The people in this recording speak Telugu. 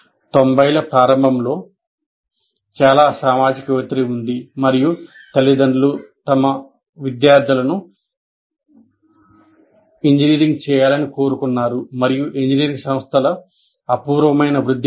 90 ల ప్రారంభంలో చాలా సామాజిక ఒత్తిడి ఉంది మరియు తల్లిదండ్రులు తమ వార్డులను ఇంజనీరింగ్ చేయాలని కోరుకున్నారు మరియు ఇంజనీరింగ్ సంస్థల అపూర్వమైన వృద్ధి ఉంది